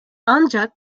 ancak